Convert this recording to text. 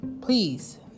please